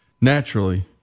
naturally